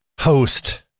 Host